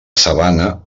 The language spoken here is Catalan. sabana